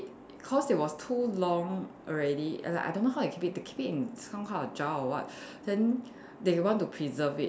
cause it was too long already and like I don't know how they keep it they keep it in some kind of jar or what then they want to preserve it